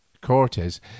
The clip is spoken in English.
Cortes